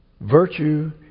Virtue